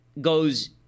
goes